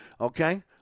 okay